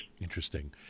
Interesting